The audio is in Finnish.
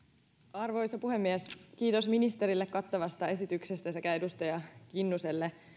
arvoisa puhemies kiitos ministerille kattavasta esityksestä sekä edustaja kinnuselle